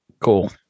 Cool